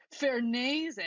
Fernese